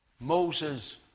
Moses